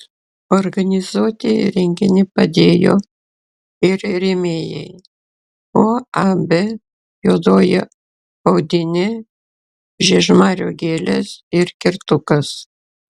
organizuoti renginį padėjo ir rėmėjai uab juodoji audinė žiežmarių gėlės ir kertukas